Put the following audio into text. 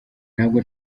ntabwo